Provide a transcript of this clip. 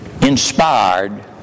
inspired